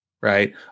right